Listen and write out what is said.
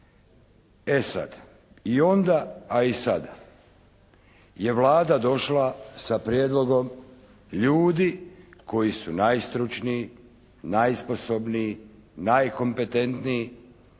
E sada, i onda a i sada je Vlada došla sa prijedlogom ljudi koji su najstručniji, najsposobniji, najkompetentniji